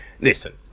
listen